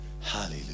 Hallelujah